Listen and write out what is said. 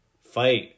fight